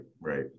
right